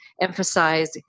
emphasize